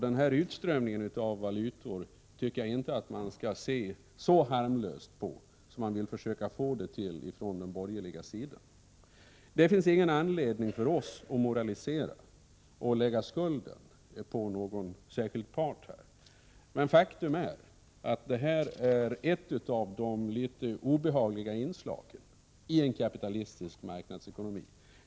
Den här utströmningen av valuta tycker jag inte att man skall se som så harmlös som man vill försöka få den till från den borgerliga sidan. Det finns ingen anledning för oss att moralisera och lägga skulden på någon särskild part, men faktum är att det här är ett av de litet obehagliga inslagen i en kapitalistisk marknadsekonomi.